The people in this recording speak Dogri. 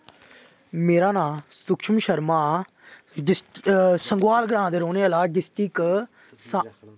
मेरा नांऽ सुक्शम शर्मा संगोआल ग्रांऽ दा रौह्ने आह्ला डिस्टिक